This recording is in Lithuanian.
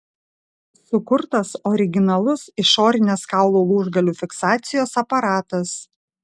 sukurtas originalus išorinės kaulų lūžgalių fiksacijos aparatas